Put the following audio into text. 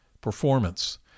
performance